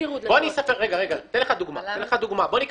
אני אתן לך דוגמה מהמטרונית.